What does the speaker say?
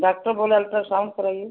doctor बोला ultrasound कराइए